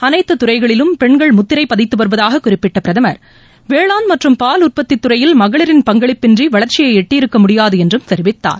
அளைத்து துறைகளிலும் பெண்கள் முத்திரை பதித்து வருவதாக குறிப்பிட்ட பிரதமர் வேளாண் மற்றும் பால் உற்பத்தி துறையில் மகளிரின் பங்களிப்பின்றி வளர்ச்சியை எட்டியிருக்க முடியாது என்றும் தெரிவித்தார்